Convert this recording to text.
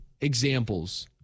examples